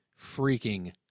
freaking